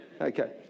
Okay